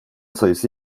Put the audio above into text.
sayısı